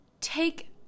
take